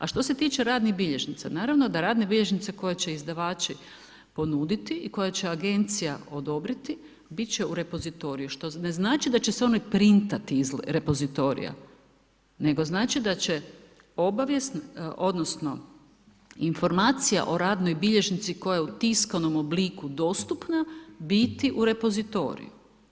A što se tiče radnih bilježnica, naravno da radne bilježnice koje će izdavači ponuditi i koje će agencija odobriti biti će u repozitoriju što ne znači da će se one printati iz repozitorija nego znači da će obavijest odnosno informacija o radnoj bilježnici koja je u tiskanom obliku dostupna biti u repozitoriju.